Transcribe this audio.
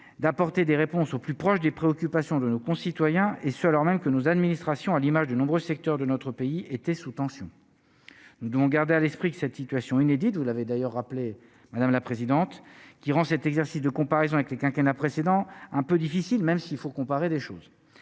d'apporter des réponses au plus proche des préoccupations de nos concitoyens et ce, alors même que nos administrations, à l'image de nombreux secteurs de notre pays était sous tension : nous devons garder à l'esprit que cette situation inédite, vous l'avez d'ailleurs rappelé, madame la présidente, qui rend cet exercice de comparaison avec le quinquennat précédent un peu difficile, même s'il faut comparer des choses